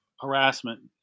harassment